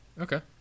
okay